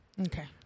Okay